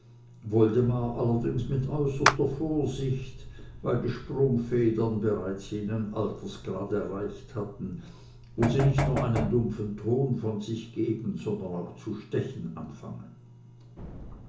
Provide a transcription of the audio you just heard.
woldemar allerdings mit äußerster vorsicht weil die sprungfedern bereits jenen altersgrad erreicht hatten wo sie nicht nur einen dumpfen ton von sich zu geben sondern auch zu stechen anfangen